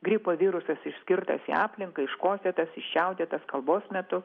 gripo virusas išskirtas į aplinką iškosėtas iščiaudėtas kalbos metu